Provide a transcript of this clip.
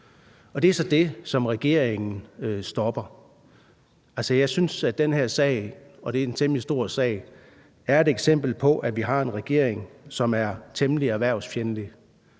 Det er så det, som regeringen stopper. Jeg synes, at den her sag – og det er en temmelig stor sag – er et eksempel på, at vi har en regering, som er temmelig erhvervsfjendtlig.